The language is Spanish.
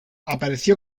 apareció